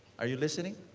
are you listening?